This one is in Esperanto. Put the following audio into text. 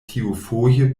tiufoje